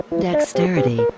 dexterity